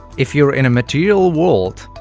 if you're in a material world,